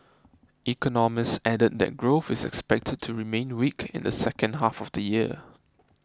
economists added that growth is expected to remain weak in the second half of the year